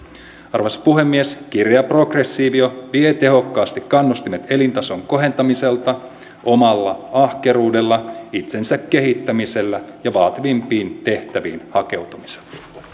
arvoisa puhemies kireä progressio vie tehokkaasti kannustimet elintason kohentamiselta omalla ahkeruudella itsensä kehittämisellä ja vaativimpiin tehtäviin hakeutumisella